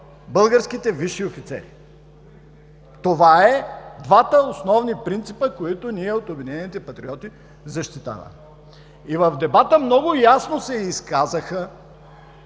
българските висши офицери. Това са двата основни принципа, които ние от „Обединените патриоти“ защитаваме. И в дебата много ясно се изказаха